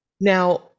Now